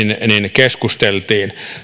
keskusteltiin